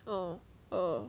oh oh